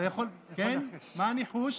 מה הניחוש?